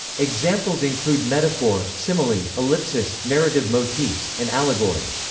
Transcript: examples include metaphor, simile, ellipsis, narrative motifs, and allegory.